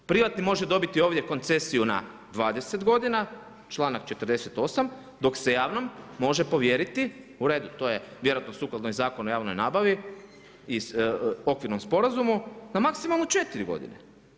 Privatni može dobiti ovdje koncesiju na 20 godina, članak 48. dok se javnom može povjeriti, u redu to je vjerojatno sukladno i Zakonu o javnoj nabavi i okvirnom sporazumu na maksimalno 4 godine.